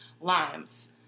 limes